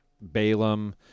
Balaam